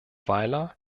weiler